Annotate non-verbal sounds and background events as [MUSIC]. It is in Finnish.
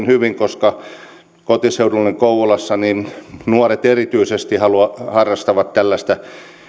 [UNINTELLIGIBLE] hyvin koska kotiseudullani kouvolassa nuoret erityisesti harrastavat tällaista